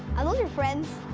are those your friends?